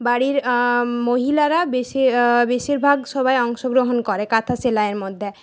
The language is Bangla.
বাড়ির মহিলারা বেশী বেশীরভাগ সবাই অংশগ্রহণ করে কাঁথা সেলাইয়ের মধ্যে